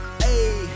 hey